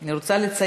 אני רוצה לציין,